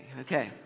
Okay